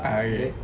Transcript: ah okay